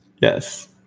Yes